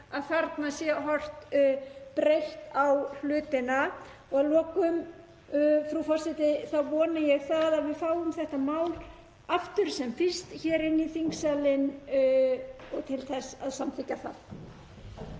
að þarna sé horft breitt á hlutina. Að lokum vona ég að við fáum þetta mál aftur sem fyrst hér inn í þingsalinn til þess að samþykkja það.